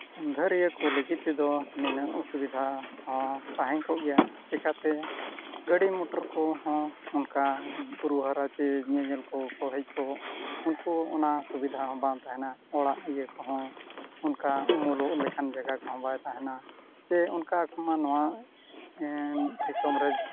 ᱥᱟᱸᱜᱷᱟᱨᱤᱭᱟᱹ ᱠᱚ ᱞᱟᱹᱜᱤᱫ ᱛᱮᱫᱚ ᱱᱤᱱᱟᱹᱜ ᱚᱥᱩᱵᱤᱫᱷᱟ ᱦᱚᱸ ᱛᱟᱦᱮᱸ ᱠᱚᱜ ᱜᱮᱭᱟ ᱪᱤᱠᱟᱹᱛᱮ ᱜᱟᱹᱰᱤ ᱢᱚᱴᱚᱨ ᱠᱚᱦᱚᱸ ᱚᱱᱠᱟ ᱵᱩᱨᱩ ᱦᱟᱨᱟ ᱥᱮ ᱧᱮᱧᱮᱞ ᱠᱚᱠᱚ ᱦᱮᱡ ᱠᱚᱜ ᱩᱱᱠᱩ ᱚᱱᱟ ᱥᱩᱵᱤᱫᱷᱟ ᱦᱚᱸ ᱵᱟᱝ ᱛᱟᱦᱮᱱᱟ ᱚᱲᱟᱜ ᱤᱭᱟᱹ ᱠᱚᱦᱚᱸ ᱚᱱᱠᱟ ᱩᱢᱩᱞᱚᱜ ᱞᱮᱠᱟᱱ ᱡᱟᱭᱜᱟ ᱠᱚᱦᱚᱸ ᱵᱟᱭ ᱛᱟᱦᱮᱱᱟ ᱥᱮ ᱚᱱᱠᱟ ᱠᱚᱦᱚᱸ ᱱᱚᱜᱼᱚᱭ ᱫᱤᱥᱚᱢ ᱨᱮ